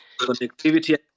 Connectivity